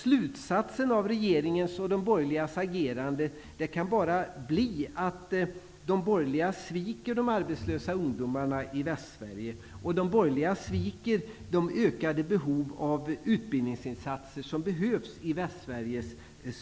Slutsatsen av regeringens och de borgerligas agerande kan bara bli att de borgerliga sviker de arbetslösa ungdomarna i Västsverige och att de inte ser till det behov av ökade utbildningsinsatser som finns i Västsverige.